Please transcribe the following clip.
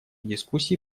дискуссии